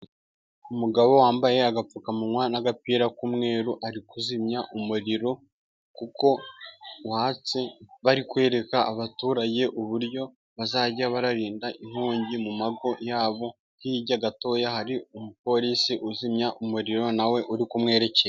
Umugabo wambaye agapfukamunwa n'agapira k'umweru ari kuzimya umuriro kuko watse .Bari kwereka abaturage uburyo bajya barinda inkongi mu ngo zabo. Hirya gatoya hari umupolisi uzimya umuriro nawe urimo kumwerekera.